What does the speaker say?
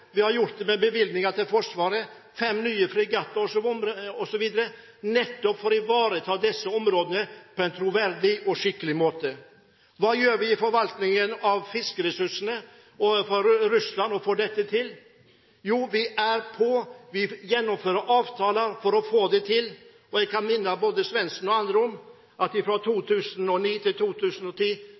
Vi har gjort det med hensyn til bevilgninger til Forsvaret: fem nye fregatter osv., nettopp for å ivareta disse områdene på en troverdig og skikkelig måte. Hva gjør vi overfor Russland med forvaltningen av fiskeressursene for å få dette til? Jo, vi er «på» og gjennomfører avtaler for å få det til. Jeg kan minne både representanten Svendsen og andre om at det i 2009 og 2010